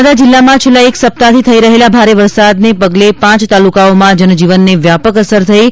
નર્મદા જીલ્લામાં છેલ્લા એક સપ્તાહથી થઇ રહેલા ભારે વરસાદના પગલે પાંચ તાલુકાઓમાં જનજીવનને વ્યાપક અસર થઇ છે